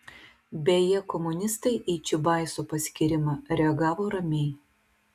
beje komunistai į čiubaiso paskyrimą reagavo ramiai